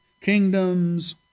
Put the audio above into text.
kingdoms